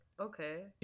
Okay